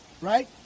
right